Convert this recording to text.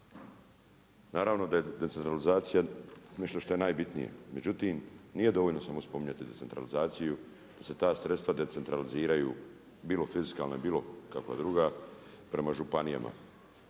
Naravno da je decentralizacija nešto što je najbitnije. Međutim, nije dovoljno samo spominjati decentralizaciju, da se ta sredstva decentraliziraju bilo fiskalna bilo kakva druga prema županijama.